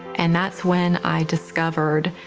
and that's when i discovered,